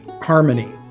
harmony